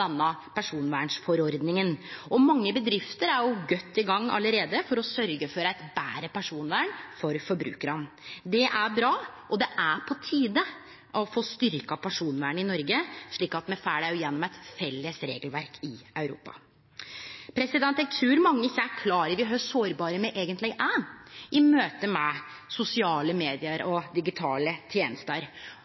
er bra, og det er på tide å få styrkt personvernet i Noreg òg gjennom eit felles regelverk i Europa. Eg trur mange ikkje er klar over kor sårbare me eigentleg er i møte med sosiale medium og digitale tenester.